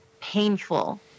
painful